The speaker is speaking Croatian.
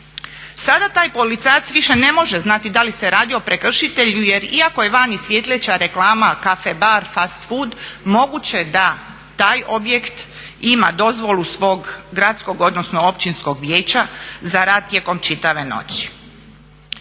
Sada taj policajac više ne može znati da li se radi o prekršitelju jer iako je vani svjetleća reklama od caffe bar, fast food mogu će je da taj objekt ima dozvolu svog gradskog odnosno općinskog vijeća za rad tijekom čitave noći.